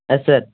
yes sir